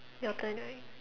your turn right